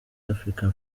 africa